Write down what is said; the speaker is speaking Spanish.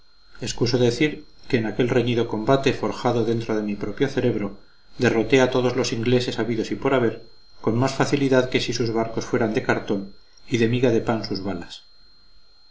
excuso decir que en aquel reñido combate forjado dentro de mi propio cerebro derroté a todos los ingleses habidos y por haber con más facilidad que si sus barcos fueran de cartón y de miga de pan sus balas